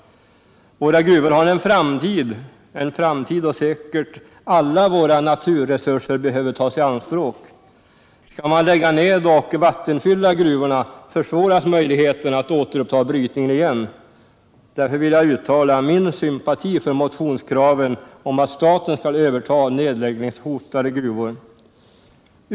Våra gruvor har en framtid — en framtid då säkerligen alla våra naturresurser behöver tas i anspråk. Skall man lägga ned och vattenfylla gruvorna, försvåras möjligheterna att återuppta brytningen igen. Därför vill jag uttala min sympati för motionskraven på att staten skall överta nedläggningshotade gruvor.